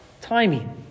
timing